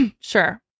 Sure